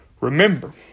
Remember